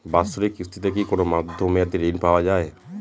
বাৎসরিক কিস্তিতে কি কোন মধ্যমেয়াদি ঋণ পাওয়া যায়?